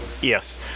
Yes